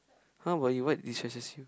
how about you what destresses you